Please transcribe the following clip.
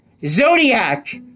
Zodiac